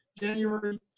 January